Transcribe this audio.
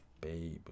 Babe